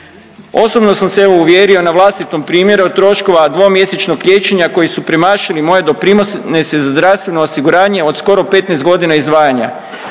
Osobno sam evo se uvjerio na vlastitom primjeru od troškova dvomjesečnog liječenja koji su premašili moje doprinose za zdravstveno osiguranje od skoro 15 godina izdvajanja,